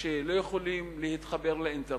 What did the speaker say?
לא יכולים להתחבר לאינטרנט.